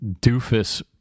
doofus